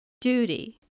duty